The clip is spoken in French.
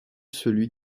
celui